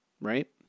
right